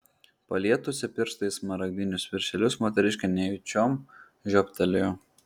palietusi pirštais smaragdinius viršelius moteriškė nejučiom žioptelėjo